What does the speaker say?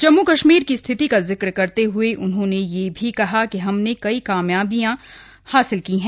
जम्मू कश्मीर की स्थिति का जिक्र करते हुए उन्होंने यह भी कहा हमने कई कामयाबियां हासिल की हैं